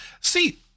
See